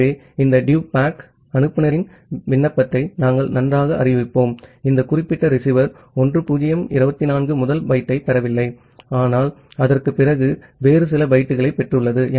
ஆகவே இந்த DUPACK அனுப்புநரின் விண்ணப்பத்தை நாம் நன்றாக அறிவிப்போம் இந்த குறிப்பிட்ட ரிசீவர் 1024 முதல் பைட்டைப் பெறவில்லை ஆனால் அதற்குப் பிறகு வேறு சில பைட்டுகளைப் பெற்றுள்ளது